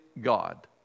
God